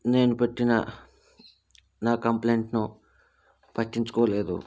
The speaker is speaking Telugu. నేను పెట్టిన నా కంప్లైంట్ ను పట్టించుకోలేదు